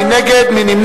מי נגד?